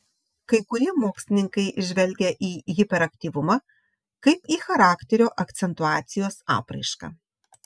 kai kurie mokslininkai žvelgia į hiperaktyvumą kaip į charakterio akcentuacijos apraišką